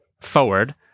forward